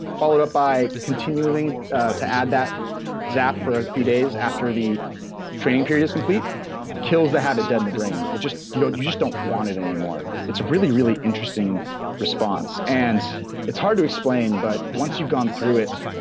followed up by continuing to add that zap for a few days after the training period is complete kills the habit dead in the brain. it just. you just don't want it anymore. it's a really, really interesting response and it's hard to explain, but once you've gone through it.